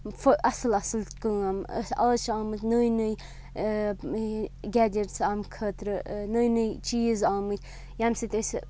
اَصٕل اَصٕل کٲم آز چھِ آمٕتۍ نٔے نٔے گیجٕٹس امہِ خٲطرٕ نٔے نٔے چیٖز آمٕتۍ ییٚمہِ سۭتۍ أسۍ